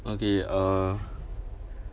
okay uh